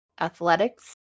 athletics